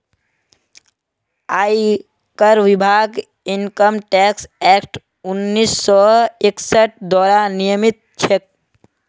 आयकर विभाग income tax act उन्नीस सौ इकसठ द्वारा नियमित छेक